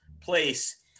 place